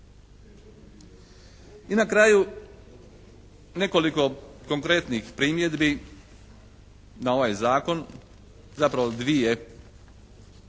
I na kraju nekoliko konkretnih primjedbi na ovaj zakon, zapravo dvije.